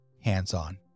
hands-on